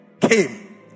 Came